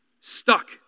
Stuck